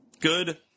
Good